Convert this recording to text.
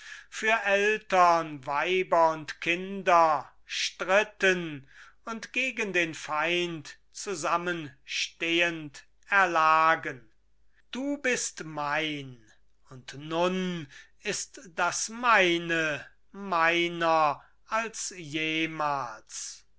für eltern weiber und kinder stritten und gegen den feind zusammenstehend erlagen du bist mein und nun ist das meine meiner als jemals